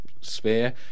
sphere